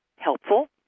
helpful